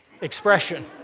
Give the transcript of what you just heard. expression